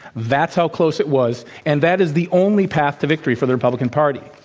that's how close it was, and that is the only path to victory for the republican party.